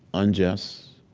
unjust,